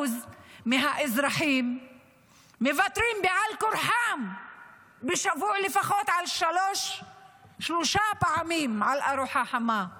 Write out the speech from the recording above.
מהאזרחים מוותרים בעל כורחם לפחות על שלוש ארוחות חמות בשבוע,